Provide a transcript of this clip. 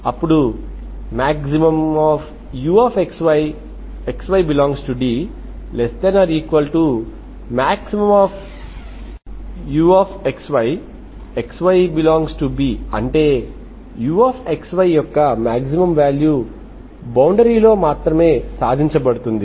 అప్పుడు maxuxy xy∈D maxuxy xy∈B అంటే uxy యొక్క మాక్సిమం వాల్యూ బౌండరీలో మాత్రమే సాధించబడుతుంది